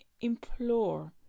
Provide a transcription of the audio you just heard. implore